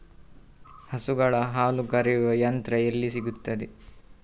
ಹಸುಗಳ ಹಾಲು ಕರೆಯುವ ಯಂತ್ರ ಎಲ್ಲಿ ಸಿಗುತ್ತದೆ?